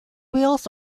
wheels